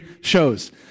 shows